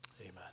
Amen